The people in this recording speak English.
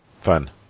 fun